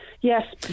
Yes